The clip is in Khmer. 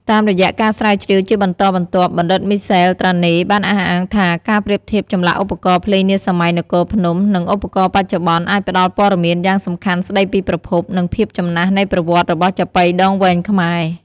តាមរយៈការស្រាវជ្រាវជាបន្តបន្ទាប់ បណ្ឌិតមីសែល ត្រាណេ បានអះអាងថា ការប្រៀបធៀបចម្លាក់ឧបករណ៍ភ្លេងនាសម័យនគរភ្នំ និងឧបករណ៍បច្ចុប្បន្ន អាចផ្តល់ព័ត៌មានយ៉ាងសំខាន់ស្តីពីប្រភព និងភាពចំណាស់នៃប្រវត្តិរបស់ចាប៉ីដងវែងខ្មែរ។